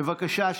בבקשה שקט.